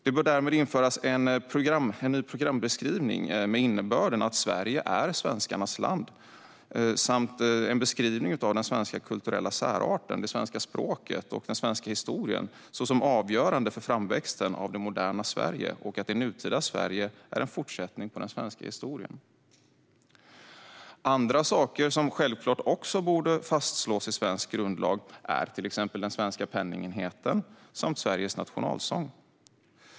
Det bör därmed införas en ny programskrivning med innebörden att Sverige är svenskarnas land samt en beskrivning av den svenska kulturella särarten, det svenska språket och den svenska historien såsom avgörande för framväxten av det moderna Sverige och att det nutida Sverige är en fortsättning på den svenska historien. Andra saker som självklart också borde fastslås i svensk grundlag är till exempel den svenska penningenheten samt Sveriges nationalsång.